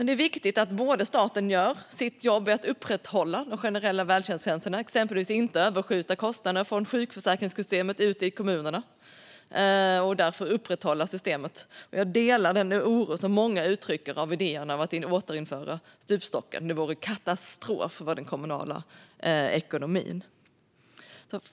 Det är viktigt att staten gör sitt jobb med att upprätthålla de generella välfärdstjänsterna och till exempel inte överskjuter kostnaden från sjukförsäkringssystemet till kommunerna. Jag delar den oro som många uttrycker gällande idéerna om att återinföra stupstocken; det vore katastrof för den kommunala ekonomin.